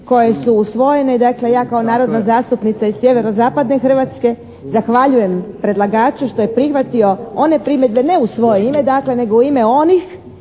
koje su usvojene, dakle ja kao narodna zastupnica iz sjeverozapadne Hrvatske zahvaljujem predlagaču što je prihvatio one primjedbe ne u svoje ime dakle nego u ime onih